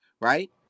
Right